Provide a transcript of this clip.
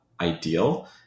ideal